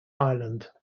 island